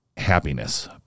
Happiness